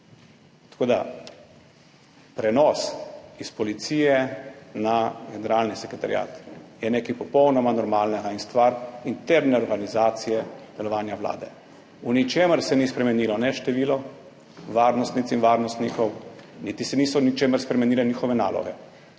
Tako da, prenos iz Policije na generalni sekretariat Vlade je nekaj popolnoma normalnega in stvar interne organizacije delovanja Vlade. V ničemer se ni spremenilo ne število varnostnic in varnostnikov, niti se niso v ničemer spremenile njihove naloge.